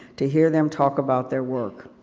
to hear them talk about their work.